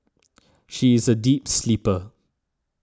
she is a deep sleeper